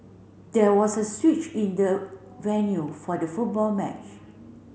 there was a switch in the venue for the football match